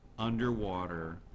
underwater